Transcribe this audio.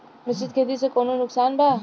मिश्रित खेती से कौनो नुकसान बा?